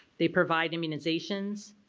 they provide immunizations,